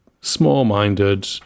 small-minded